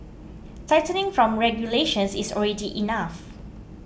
tightening from regulations is already enough